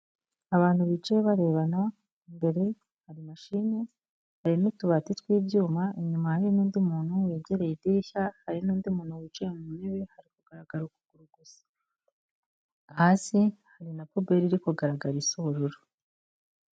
Abantu bicaye barebana, imbere hari mashine, hari n'utubati tw'ibyuma, inyuma hari n'undi muntu wegereye idirishya, hari n'undi muntu wicaye mu ntebe, hari kugaragara ukuguru gusa, hasi hari na puberi iri kugaragara isi ubururu.